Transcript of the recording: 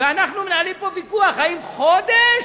ואנחנו מנהלים פה ויכוח אם חודש